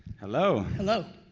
hello. hello.